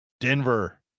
Denver